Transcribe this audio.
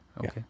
Okay